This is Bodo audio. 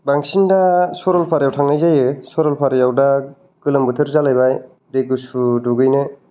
बांसिन दा सरलफारायाव थांनाय जायो सरलफारायाव दा गोलोम बोथोर जालायबाय दै गुसु दुगैनो